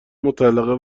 مطلقه